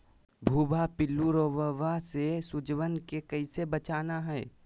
भुवा पिल्लु, रोमहवा से सिजुवन के कैसे बचाना है?